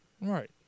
Right